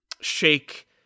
shake